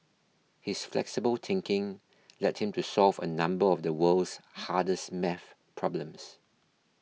his flexible thinking led him to solve a number of the world's hardest maths problems